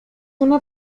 una